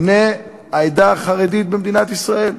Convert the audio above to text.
בני העדה החרדית במדינת ישראל.